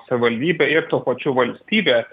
savivaldybė ir tuo pačiu valstybė